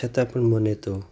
છતા પણ મને તો